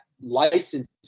license